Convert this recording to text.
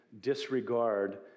disregard